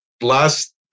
last